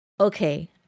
okay